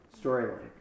storyline